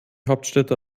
hauptstädte